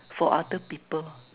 for other people